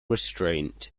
restraint